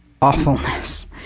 awfulness